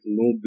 no